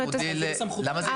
סבורים שיש